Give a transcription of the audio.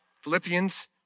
Philippians